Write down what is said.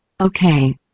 Okay